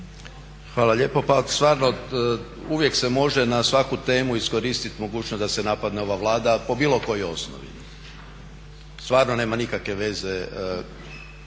Hvala lijepo. Pa stvarno uvijek se može na svaku temu iskoristi mogućnost da se napadne ova Vlada, po bilo kojoj osnovi. Stvarno nema nikakve veze